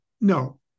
no